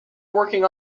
working